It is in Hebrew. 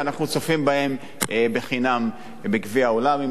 ואנחנו צופים בהם חינם בגביע העולם.